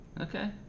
okay